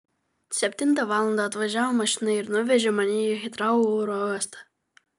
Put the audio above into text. septintą valandą atvažiavo mašina ir nuvežė mane į hitrou oro uostą